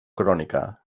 crònica